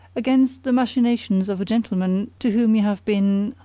against the machinations of a gentleman to whom you have been